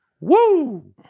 Woo